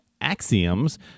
axioms